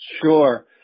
Sure